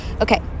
Okay